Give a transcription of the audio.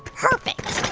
perfect